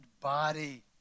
body